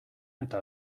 eta